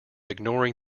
ignoring